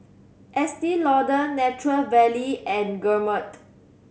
Estee Lauder Nature Valley and Gourmet